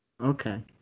Okay